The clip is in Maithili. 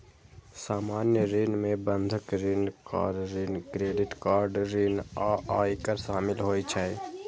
सामान्य ऋण मे बंधक ऋण, कार ऋण, क्रेडिट कार्ड ऋण आ आयकर शामिल होइ छै